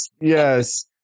yes